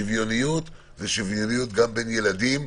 שוויוניות היא שוויוניות גם בין ילדים,